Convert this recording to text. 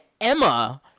Emma